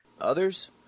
Others